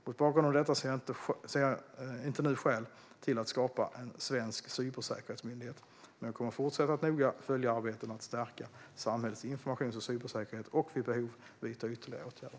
Mot bakgrund av detta ser jag inte nu skäl till att skapa en svensk cybersäkerhetsmyndighet, men jag kommer att fortsätta att noga följa arbetet med att stärka samhällets informations och cybersäkerhet och vid behov vidta ytterligare åtgärder.